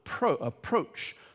approach